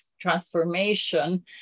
transformation